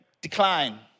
decline